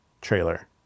trailer